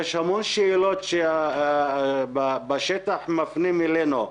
יש המון שאלות שבשטח מפנים אלינו.